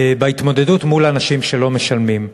בהתמודדות עם אנשים שלא משלמים.